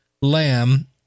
lamb